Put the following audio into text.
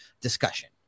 discussion